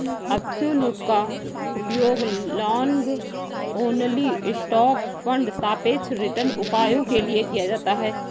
absolute का उपयोग long only stock fund सापेक्ष रिटर्न उपायों के लिए किया जाता है